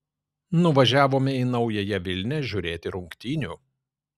nuvažiavome į naująją vilnią žiūrėti rungtynių